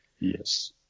Yes